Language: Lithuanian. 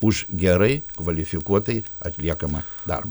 už gerai kvalifikuotai atliekamą darbą